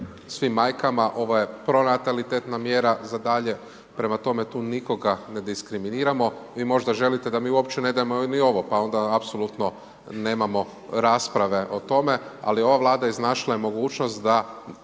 svim majkama, ovo je pronatalitetna mjera za dalje, prema tome tu nikoga ne diskriminiramo, vi možda želite da mi uopće ne dajemo ni ovo, pa onda apsolutno nemamo rasprave o tome, ali ova Vlada iznašla je mogućnost da